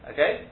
Okay